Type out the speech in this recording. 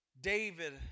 David